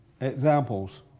Examples